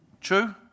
True